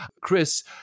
Chris